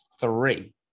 three